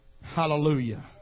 Hallelujah